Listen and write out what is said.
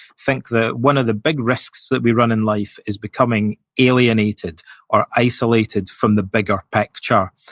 think that one of the big risks that we run in life is becoming alienated or isolated from the bigger picture.